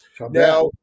Now